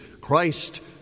Christ